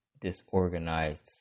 Disorganized